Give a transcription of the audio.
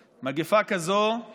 שבדיוק כמו במלחמה יש בה